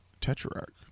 Tetrarch